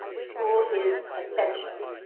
school is essential.